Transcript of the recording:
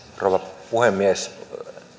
rouva puhemies